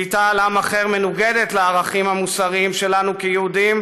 שליטה על עם אחר מנוגדת לערכים המוסריים שלנו כיהודים.